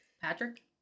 Patrick